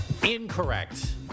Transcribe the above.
Incorrect